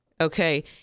Okay